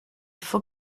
faut